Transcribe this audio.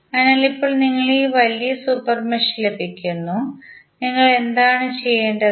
അതിനാൽ ഇപ്പോൾ നിങ്ങൾക്ക് ഈ വലിയ സൂപ്പർ മെഷ് ലഭിക്കുന്നു നിങ്ങൾ എന്താണ് ചെയ്യേണ്ടത്